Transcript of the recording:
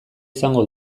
izango